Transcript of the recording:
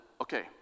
Okay